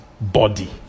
body